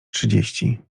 trzydzieści